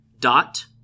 Dot